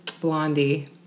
Blondie